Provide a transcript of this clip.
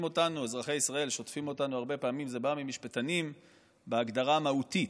אזרחי ישראל שוטפים אותנו הרבה פעמים: זה בא ממשפטנים בהגדרה המהותית.